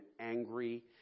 angry